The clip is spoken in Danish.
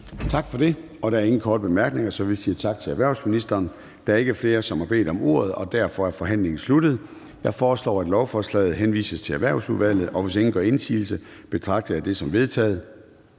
Gade): Der er ingen korte bemærkninger, så vi siger tak til erhvervsministeren. Der er ikke flere, som har bedt om ordet, og derfor er forhandlingen sluttet. Jeg foreslår, at lovforslaget henvises til Erhvervsudvalget. Og hvis ingen gør indsigelse, betragter jeg det som vedtaget.